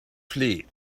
flee